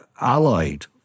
allied